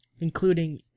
Including